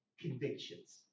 convictions